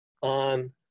on